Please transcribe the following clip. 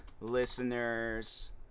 listeners